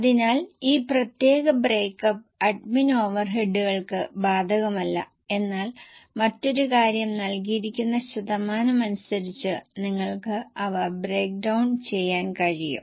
അതിനാൽ ഈ പ്രത്യേക ബ്രേക്ക്അപ്പ് അഡ്മിൻ ഓവർഹെഡുകൾക്ക് ബാധകമല്ല എന്നാൽ മറ്റൊരു കാര്യം നൽകിയിരിക്കുന്ന ശതമാനം അനുസരിച്ച് നിങ്ങൾക്ക് അവ ബ്രേക്ക് ഡൌൺ ചെയ്യാൻ കഴിയും